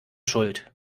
schuld